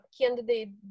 candidate